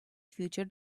future